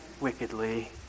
wickedly